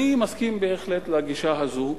אני מסכים בהחלט לגישה הזאת.